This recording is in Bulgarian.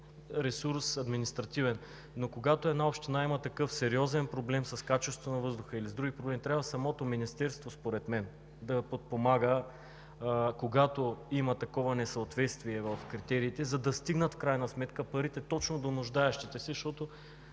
има административен ресурс, но когато една община има такъв сериозен проблем с качеството на въздуха или други проблеми, трябва самото Министерство според мен да подпомага, когато има такова несъответствие в критериите, за да стигнат парите точно до нуждаещите се. Ние